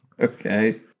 okay